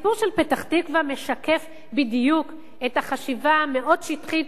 הסיפור של פתח-תקווה משקף בדיוק את החשיבה המאוד-שטחית